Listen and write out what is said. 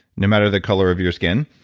no matter the color of your skin,